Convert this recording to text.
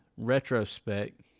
Retrospect